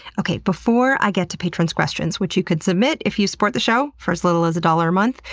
okay, before i get to patrons' questions, which you can submit if you support the show for as little as a dollar a month,